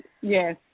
yes